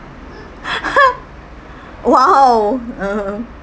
!wow!